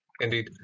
indeed